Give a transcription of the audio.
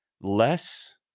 less